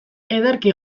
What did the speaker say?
ederki